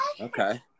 Okay